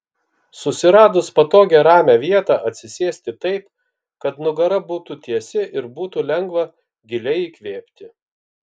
susiradus patogią ramią vietą atsisėsti taip kad nugara būtų tiesi ir būtų lengva giliai įkvėpti